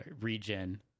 regen